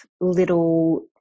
little